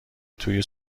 توی